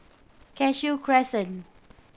Cashew Crescent